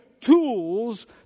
tools